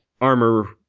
armor